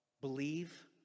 believe